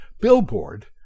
Billboard